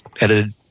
edited